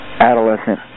adolescent